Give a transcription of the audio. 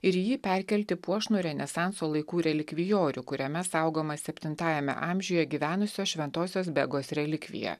ir jį perkelti puošnų renesanso laikų relikvijorių kuriame saugoma septintajame amžiuje gyvenusios šventosios begos relikvija